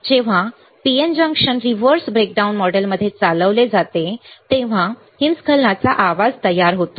जेव्हा PN junction reverse breakdown मॉडेलमध्ये चालवले जाते तेव्हा हिमस्खलनाचा आवाज तयार होतो